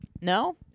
No